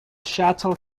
shuttle